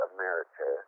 America